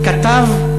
כתב: